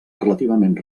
relativament